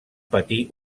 patir